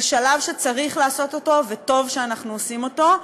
זה שלב שצריך לעשות אותו וטוב שאנחנו עושים אותו,